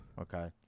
Okay